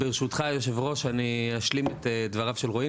ברשותך היושב ראש, אני אשלים את דבריו של רועי.